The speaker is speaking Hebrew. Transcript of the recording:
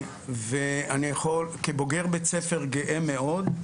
ואני יכול כבוגר בית ספר גאה מאוד,